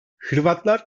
hırvatlar